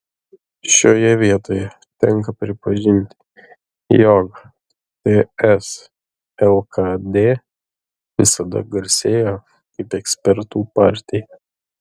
šioje vietoje tenka pripažinti jog ts lkd visada garsėjo kaip ekspertų partija